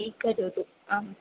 स्वीकरोतु आम्